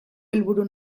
helburu